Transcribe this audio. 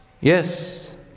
Yes